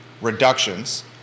reductions